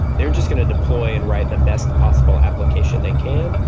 they're just going to deploy and write the best possible application they can,